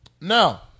Now